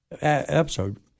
episode